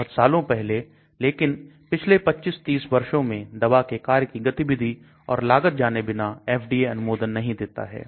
बहुत सालों पहले लेकिन पिछले 25 30 वर्षों में दवा के कार्य की गतिविधि और लागत जाने बिना FDA अनुमोदन नहीं देता है